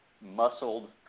Muscled